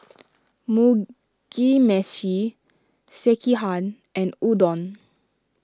Mugi Meshi Sekihan and Udon